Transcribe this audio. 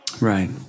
Right